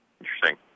Interesting